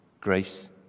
grace